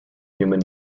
human